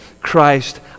Christ